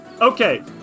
Okay